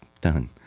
done